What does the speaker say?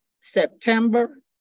September